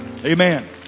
amen